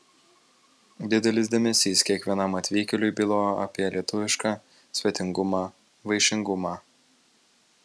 didelis dėmesys kiekvienam atvykėliui bylojo apie lietuvišką svetingumą vaišingumą